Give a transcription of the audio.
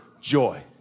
joy